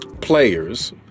players